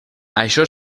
això